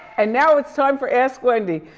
and now it's time for ask wendy.